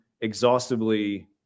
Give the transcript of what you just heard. exhaustively